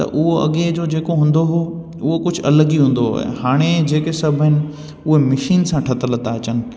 त उहो अॻे जो जेको हूंदो हो उहो कुझु अलॻि ई हूंदो ऐं हाणे जेके सभु उहो मशीन सां ठहियल था अचनि